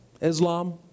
Islam